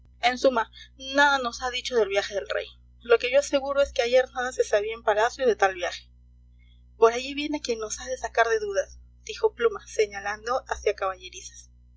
en suma nada nos ha dicho del viaje del rey lo que yo aseguro es que ayer nada se sabía en palacio de tal viaje por allí viene quien nos ha de sacar de dudas dijo pluma señalando hacia caballerizas